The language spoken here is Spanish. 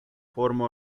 forma